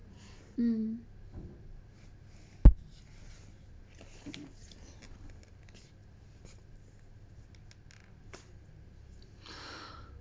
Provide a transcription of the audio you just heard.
mm